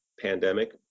pandemic